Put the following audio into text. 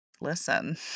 Listen